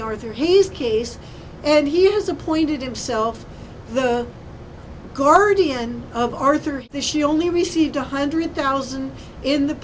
arthur he's case and he has appointed himself the guardian of arthur this she only received one hundred thousand in the